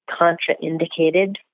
contraindicated